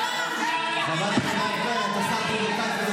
את הבאת את האנרכיסטים לכאן.